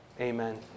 Amen